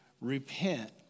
Repent